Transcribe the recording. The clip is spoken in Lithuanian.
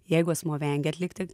jeigu asmuo vengia atlikti